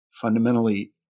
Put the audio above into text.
fundamentally –